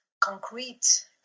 concrete